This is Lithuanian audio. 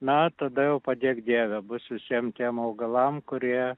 na tada jau padėk dieve bus visiem tiem augalams kurie